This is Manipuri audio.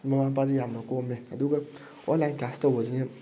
ꯃꯃꯥ ꯃꯄꯥꯗ ꯌꯥꯝꯅ ꯀꯣꯝꯃꯦ ꯑꯗꯨꯒ ꯑꯣꯟꯂꯥꯏꯟ ꯀ꯭ꯂꯥꯁ ꯇꯧꯕꯁꯤꯅ